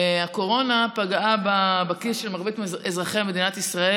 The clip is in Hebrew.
הקורונה פגעה בכיס של מרבית אזרחי מדינת ישראל.